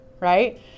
right